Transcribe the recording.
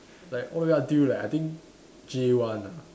like all the way until like I think J one ah